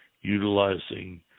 utilizing